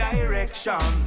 Direction